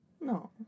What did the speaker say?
No